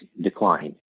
decline